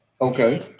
okay